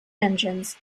engines